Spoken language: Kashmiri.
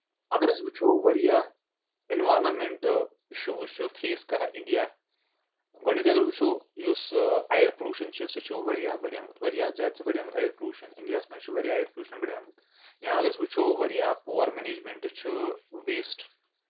اَگر أسۍ وٕچھو واریاہ اٮ۪نوارنمینٹ اِشوٗز چھ فیس کران اِنٛڈیا گۄڈٕنِچ اَگر وٕچھو یُس ایر پولوٗشن چھُ سُہ چھُ واریاہ بَڑیومُت واریاہ زیادٕ چھُ بَڑیومُت ایر پولوٗشن اِنٛڈیاہَس منٛز چھُ واریاہ اَیر پولوٗشن بَڑیومُت یا اَگر أسۍ وٕچھو واریاہ پُور مینیجمنٹ چھ ویسٹ